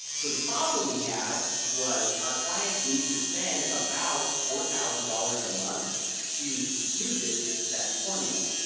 so the problem we had was our clients needed to spend about four thousand dollars a month to do this success formula.